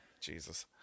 Jesus